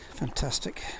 Fantastic